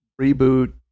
reboot